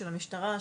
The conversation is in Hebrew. של המשטרה,